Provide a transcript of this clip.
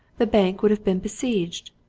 the bank would have been besieged!